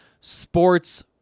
sports